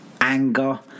anger